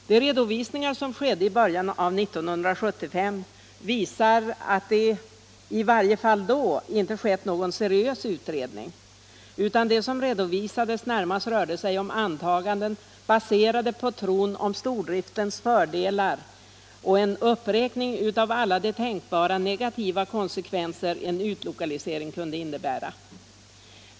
De redovisningar som skedde i början av 1975 visar att det i varje fall då inte skett någon seriös utredning. Det som redovisades var närmast antaganden baserade på tron om stordriftens fördelar och en uppräkning av alla de tänkbara negativa konsekvenser en utlokalisering kunde innebära.